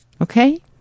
Okay